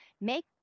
make